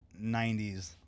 90s